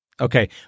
Okay